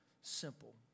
simple